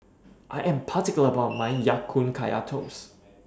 I Am particular about My Ya Kun Kaya Toast